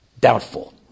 Doubtful